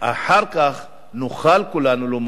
אחר כך נוכל כולנו לומר,